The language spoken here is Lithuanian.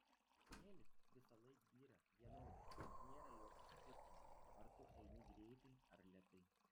smėlis visąlaik byra vienodai nėra jokio skirtumo ar tu eini greitai ar lėtai